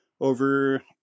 over